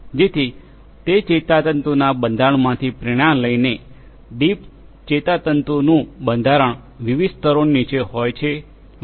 જેથી તે ચેતાતંતુના બંધારણમાંથી પ્રેરણા લઈને ડીપ ચેતાતંતુનું બંધારણ વિવિધ સ્તરોની નીચે હોય છે વગેરે